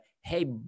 hey